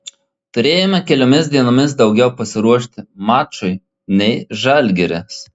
turėjome keliomis dienomis daugiau pasiruošti mačui nei žalgiris